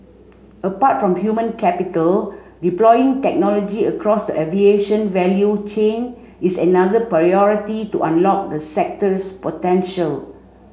apart from human capital deploying technology across the aviation value chain is another priority to unlock the sector's potential